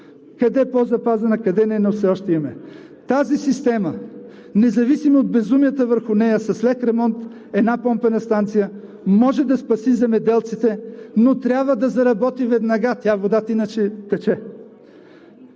къде по-запазена, къде не, но все още я имаме. Тази система, независимо от безумията върху нея, с лек ремонт – една помпена станция може да спаси земеделците, но трябва да заработи веднага. Тя, водата, иначе тече.